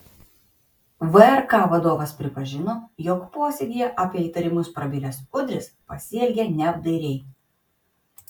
vrk vadovas pripažino jog posėdyje apie įtarimus prabilęs udris pasielgė neapdairiai